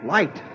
Light